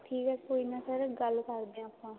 ਠੀਕ ਹੈ ਕੋਈ ਨਾ ਸਰ ਗੱਲ ਕਰਦੇ ਹਾਂ ਆਪਾਂ